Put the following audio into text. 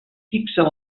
fixen